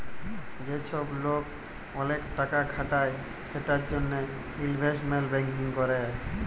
যে চ্ছব লোক ওলেক টাকা খাটায় সেটার জনহে ইলভেস্টমেন্ট ব্যাঙ্কিং ক্যরে